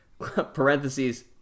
parentheses